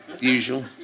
usual